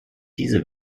diese